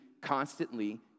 constantly